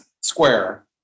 square